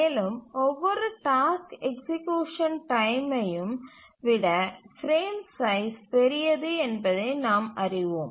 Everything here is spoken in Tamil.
மேலும் ஒவ்வொரு டாஸ்க் எக்சீக்யூசன் டைமையும் விட பிரேம் சைஸ் பெரியது என்பதை நாம் அறிவோம்